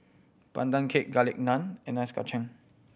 Pandan Cake Garlic Naan and Ice Kachang